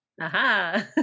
Aha